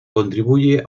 contribuye